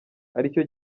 aricyo